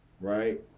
Right